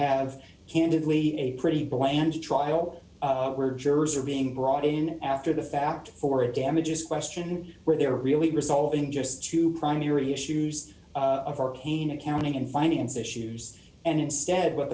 have candidly a pretty bland trial jurors are being brought in after the fact for it damages question where they're really resolving just two primary issues of arcane accounting and finance issues and instead what